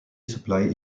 supply